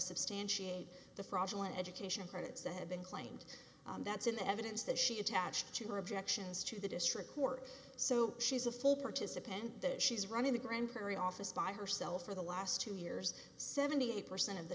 substantiate the fraudulent education credits that had been claimed that's in evidence that she attached to her objections to the district court so she's a full participant that she's running the grand prairie office by herself for the last two years seventy eight percent of the